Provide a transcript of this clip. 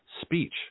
Speech